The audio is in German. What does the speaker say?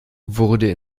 wurde